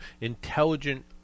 intelligent